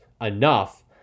enough